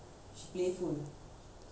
kershav வந்து:vanthu debate